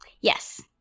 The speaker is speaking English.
Yes